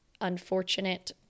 unfortunate